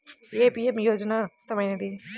ఏ PM యోజన ఉత్తమమైనది?